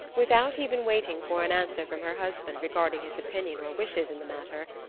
without even waiting for an answer from her husband regarding his opinion or wishes in the matter,